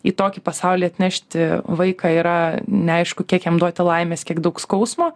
į tokį pasaulį atnešti vaiką yra neaišku kiek jam duoti laimės kiek daug skausmo